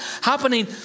happening